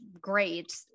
great